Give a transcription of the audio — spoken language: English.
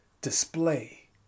display